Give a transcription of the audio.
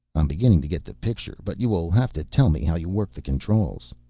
i'm beginning to get the picture, but you will have to tell me how you work the controls.